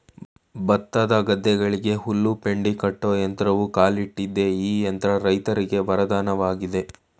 ಭತ್ತದ ಗದ್ದೆಗಳಿಗೆ ಹುಲ್ಲು ಪೆಂಡಿ ಕಟ್ಟೋ ಯಂತ್ರವೂ ಕಾಲಿಟ್ಟಿದೆ ಈ ಯಂತ್ರ ರೈತರಿಗೆ ವರದಾನವಾಗಯ್ತೆ